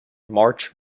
march